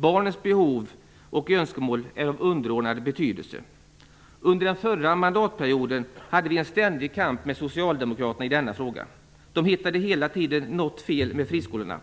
Barnens behov och önskemål är av underordnad betydelse. Under förra mandatperioden hade vi en ständig kamp med socialdemokraterna i denna fråga. De hittade hela tiden något fel med friskolorna.